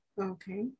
Okay